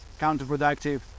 counterproductive